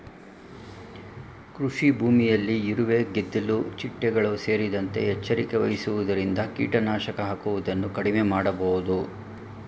ಕೃಷಿಭೂಮಿಯಲ್ಲಿ ಇರುವೆ, ಗೆದ್ದಿಲು ಚಿಟ್ಟೆಗಳು ಸೇರಿದಂತೆ ಎಚ್ಚರಿಕೆ ವಹಿಸುವುದರಿಂದ ಕೀಟನಾಶಕ ಹಾಕುವುದನ್ನು ಕಡಿಮೆ ಮಾಡಬೋದು